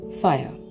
fire